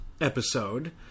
episode